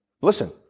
Listen